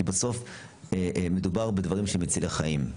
כי בסוף מדובר בדברים שהם מצילי חיים.